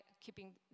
keeping